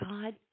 God